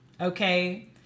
okay